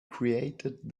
created